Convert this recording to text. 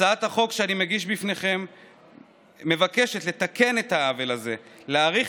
הצעת החוק שאני מגיש בפניכם מבקשת לתקן את העוול הזה: להאריך